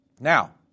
Now